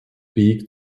peak